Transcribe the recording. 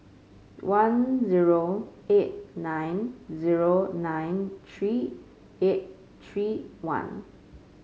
one zero eight nine zero nine three eight three one